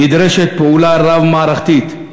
נדרשת פעולה רב-מערכתית,